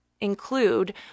Include